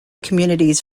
communities